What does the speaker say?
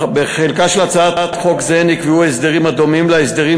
בחלקה הראשון של הצעת חוק זו נקבעו הסדרים הדומים להסדרים